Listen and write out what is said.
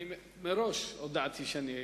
אני מראש הודעתי שאני,